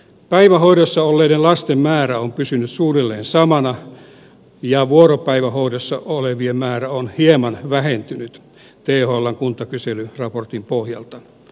päivähoidossa olleiden lasten määrä on pysynyt suunnilleen samana ja vuoropäivähoidossa olevien määrä on hieman vähentynyt thln kuntakyselyraportin perusteella